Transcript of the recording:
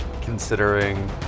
considering